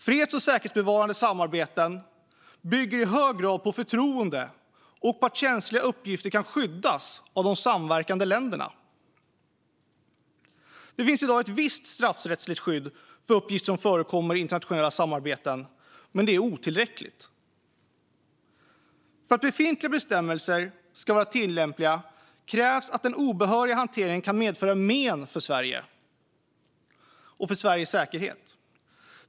Freds och säkerhetsbevarande samarbeten bygger i hög grad på förtroende och på att känsliga uppgifter kan skyddas av de samverkande länderna. Det finns i dag ett visst straffrättsligt skydd för uppgifter som förekommer i internationella samarbeten, men det är otillräckligt. För att befintliga bestämmelser ska vara tillämpliga krävs att den obehöriga hanteringen kan medföra men för Sverige och Sveriges säkerhet.